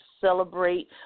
celebrate